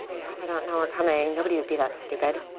they probably don't know we're coming. nobody would be that stupid.